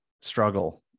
struggle